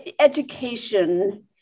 education